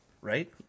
right